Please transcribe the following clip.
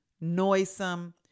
noisome